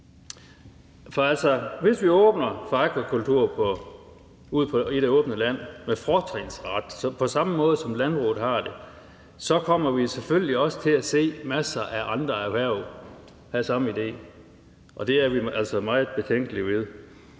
Hvis vi åbner for akvakultur ude i det åbne land med fortrinsret på samme måde, som landbruget har det, kommer vi selvfølgelig til at se masser af andre erhverv have samme idé. Det er vi altså meget betænkelige ved.